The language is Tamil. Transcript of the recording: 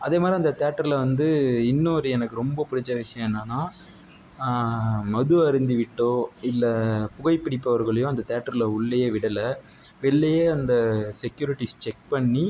அதே மாதிரி அந்த தியேட்டரில் வந்து இன்னோரு எனக்கு ரொம்ப பிடிச்ச விஷயம் என்னன்னால் மது அருந்திவிட்டோ இல்லை புகை பிடிப்பவர்களையும் அந்த தியேட்டரில் உள்ளேயே விடலை வெளிலையே அந்த செக்யூரிட்டிஸ் செக் பண்ணி